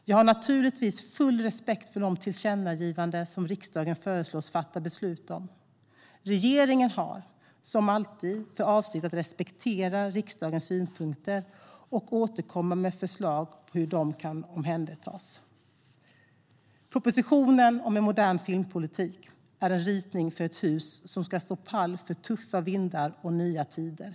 Jag har naturligtvis full respekt för de tillkännagivanden som riksdagen föreslås fatta beslut om. Regeringen har som alltid för avsikt att respektera riksdagens synpunkter och återkomma med förslag om hur de kan omhändertas. Propositionen om en modern filmpolitik är en ritning för ett hus som ska stå pall för tuffa vindar och nya tider.